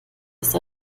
ist